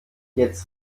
jetzt